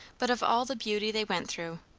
but of all the beauty they went through,